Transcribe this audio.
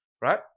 Right